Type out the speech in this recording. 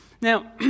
Now